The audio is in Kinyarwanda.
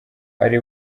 ari